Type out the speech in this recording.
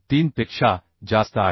3 पेक्षा जास्त आहे